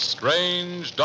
Strange